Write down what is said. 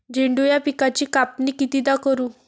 झेंडू या पिकाची कापनी कितीदा करू?